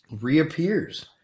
reappears